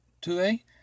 today